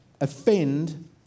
offend